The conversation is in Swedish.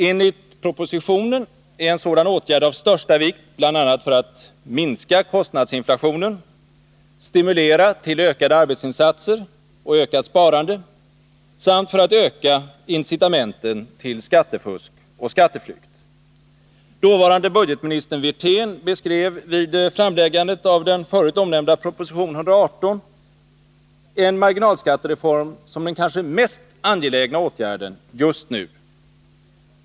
Enligt propositionen är en sådan åtgärd av största vikt bl.a. för att minska kostnadsinflationen, stimulera till ökade arbetsinsatser och ökat sparande samt minska incitamenten till skattefusk och skatteflykt. Dåvarande budgetministern Wirtén beskrev vid framläggandet av den förut omnämnda proposition 118 en marginalskattereform som den kanske mest angelägna åtgärden just nu.